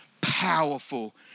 powerful